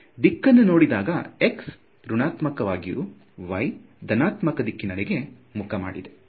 ದಿಕ್ಕನ್ನು ನೋಡಿದಾಗ x ಋಣಾತ್ಮಕ ವಾಗಿಯೂ y ಧನಾತ್ಮಕ ದಿಕ್ಕಿನೆಡೆಗೆ ಮುಖ ಮಾಡಿದೆ